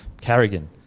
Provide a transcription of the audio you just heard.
Carrigan